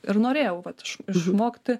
ir norėjau vat išmokti